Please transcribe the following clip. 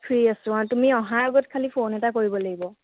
free আছোঁ অ তুমি অহাৰ আগত খালি ফোন এটা কৰিব লাগিব